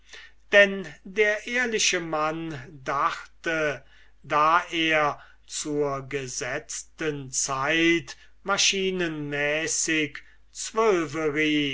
denn der ehrliche mann dachte da er zur gesetzten zeit maschinenmäßig